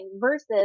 versus